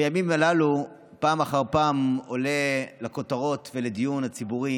בימים הללו פעם אחר פעם עולה לכותרות ולדיון הציבורי